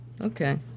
Okay